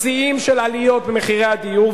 שיאים של עליות במחירי הדיור.